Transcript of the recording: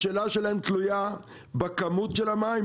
השאלה שלהם תלויה בכמות של המים,